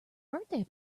birthday